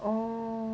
orh